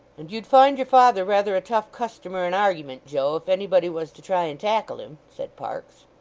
and you'd find your father rather a tough customer in argeyment, joe, if anybody was to try and tackle him said parkes.